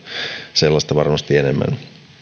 sellaista enemmän